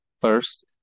first